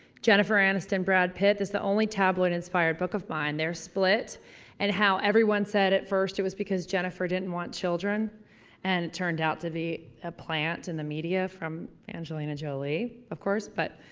jennifer aniston, brad pitt is the only tabloid inspired book of mine, their split and how everyone said at first it was because jennifer didn't want children and it turned out to be a plant in the media from angelina jolie of course, but